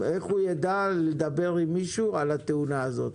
איך הוא ידע לדבר עם מישהו על התאונה הזאת?